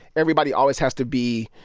everybody always has to be,